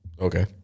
Okay